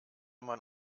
man